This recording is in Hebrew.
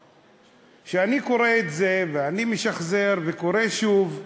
כשאני קורא את זה, ואני משחזר וקורא שוב,